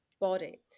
body